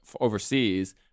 overseas